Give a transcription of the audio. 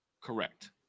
Correct